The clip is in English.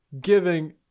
giving